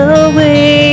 away